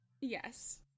Yes